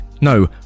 No